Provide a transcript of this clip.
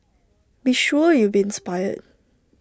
be sure you'll be inspired